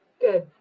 Good